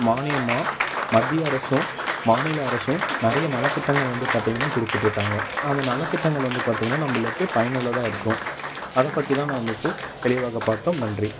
மானியமாக மத்திய அரசும் மாநில அரசும் நிறைய நலத்திட்டங்கள் வந்து பார்த்தீங்கன்னா கொடுத்துட்ருக்காங்க அந்த நலத்திட்டங்கள் வந்து பார்த்தீங்கன்னா நம்பளுக்கு பயனுள்ளதாக இருக்கும் அதைப் பற்றி தான் நாம இப்போ தெளிவாகப் பார்த்தோம் நன்றி